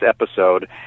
episode